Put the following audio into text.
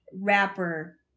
rapper